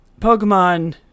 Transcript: Pokemon